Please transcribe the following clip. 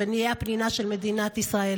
ונהיה הפנינה של מדינת ישראל.